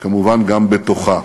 וכמובן גם בתוכה.